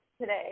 today